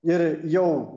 ir jau